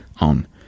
on